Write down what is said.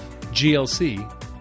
GLC